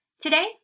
Today